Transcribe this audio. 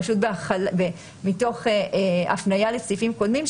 פשוט מתוך הפניה לסעיפים קודמים,